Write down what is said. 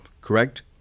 Correct